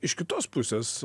iš kitos pusės